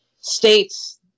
states